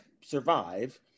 survive